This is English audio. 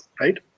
right